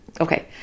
Okay